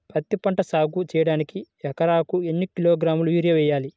పత్తిపంట సాగు చేయడానికి ఎకరాలకు ఎన్ని కిలోగ్రాముల యూరియా వేయాలి?